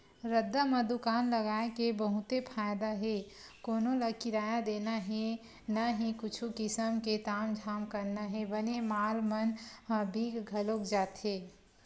रद्दा म दुकान लगाय के बहुते फायदा हे कोनो ल किराया देना हे न ही कुछु किसम के तामझाम करना हे बने माल मन ह बिक घलोक जाथे